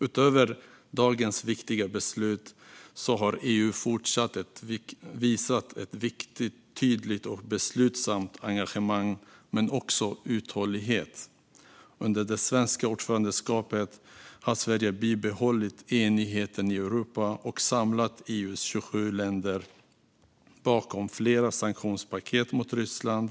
Utöver dagens viktiga beslut har EU fortsatt att visa ett viktigt, tydligt och beslutsamt engagemang men också uthållighet. Under det svenska ordförandeskapet har Sverige bibehållit enigheten i Europa och samlat EU:s 27 länder bakom flera sanktionspaket mot Ryssland.